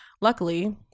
Luckily